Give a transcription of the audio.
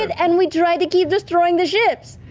it, and we try to keep destroying the ships,